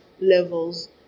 levels